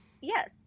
yes